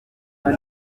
muri